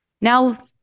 Now